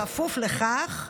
בכפוף לכך,